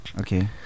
Okay